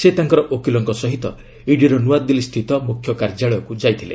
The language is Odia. ସେ ତାଙ୍କ ଓକିଲଙ୍କ ସହ ଇଡିର ନୂଆଦିଲ୍ଲାସ୍ଥିତ ମୁଖ୍ୟ କାର୍ଯ୍ୟାଳୟକୁ ଯାଇଥିଲେ